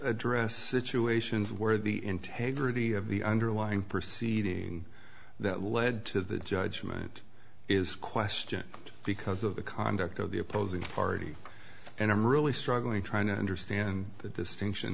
address situations where the integrity of the underlying proceed that led to the judgement is question because of the conduct of the opposing party and i'm really struggling trying to understand the distinction